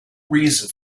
reason